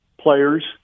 players